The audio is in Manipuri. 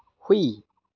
ꯍꯨꯏ